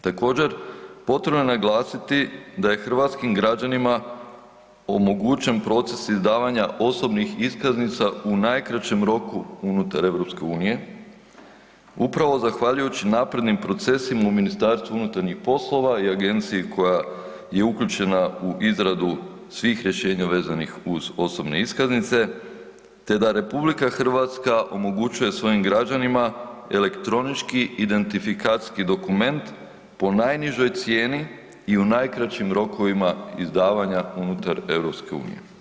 Također potrebno je naglasiti da je hrvatskim građanima omogućen proces izdavanja osobnih iskaznica u najkraćem roku unutar EU, upravo zahvaljujući naprednim procesima u MUP-u i agenciji koja je uključena u izradu svih rješenja vezanih uz osobne iskaznice te da RH omogućuje svojim građanima elektronički identifikacijski dokument po najnižoj cijeni i u najkraćim rokovima izdavanja unutar EU.